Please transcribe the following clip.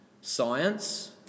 science